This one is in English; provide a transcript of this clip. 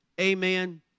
Amen